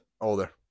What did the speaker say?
Older